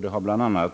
Den har